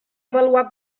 avaluar